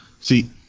See